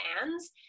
fans